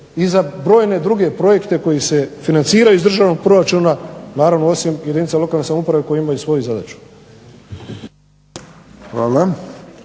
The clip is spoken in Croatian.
i za brojne druge projekte koji se financiraju iz državnog proračuna, naravno osim jedinica lokalne samouprave koje imaju svoju zadaću.